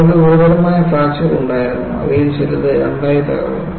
അവർക്ക് ഗുരുതരമായ ഫ്രാക്ചർകൾ ഉണ്ടായിരുന്നു അവയിൽ ചിലത് 2 ആയി തകർന്നു